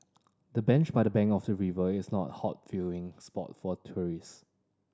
the bench by the bank of the river is not a hot viewing spot for tourists